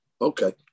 Okay